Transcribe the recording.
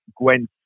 Gwen